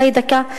אולי דקה,